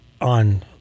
on